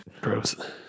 Gross